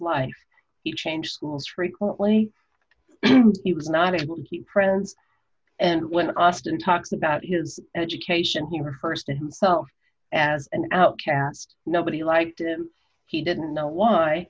life he change schools frequently he was not able to keep presents and when austin talks about his education he refers to himself as an outcast nobody liked him he didn't know why